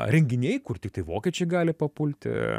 renginiai kur tiktai vokiečiai gali papulti